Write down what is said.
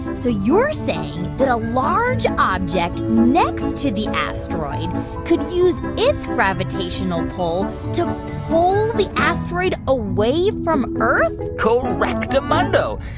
so you're saying that a large object next to the asteroid could use its gravitational pull to pull the asteroid away from earth correctamundo.